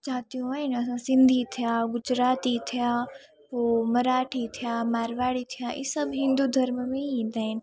ज़ातियूं आहिनि असां सिंधी थिया गुजराती थिया पोइ मराठी थिया मारवाड़ी थिया इहे सभु हिंदु धर्म में ई ईंदा आहिनि